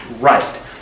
right